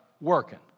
working